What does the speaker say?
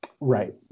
Right